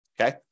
okay